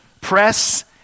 press